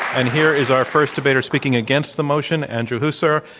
and here is our first debater speaking against the motion, andrew huszar.